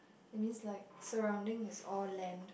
that means like surrounding is all land